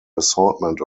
assortment